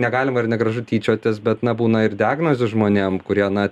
negalima ir negražu tyčiotis bet na būna ir diagnozių žmonėm kurie na